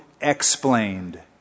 explained